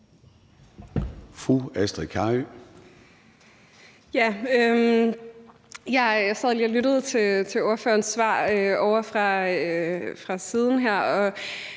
Jeg sad lige og lyttede til ordførerens svar her ovre fra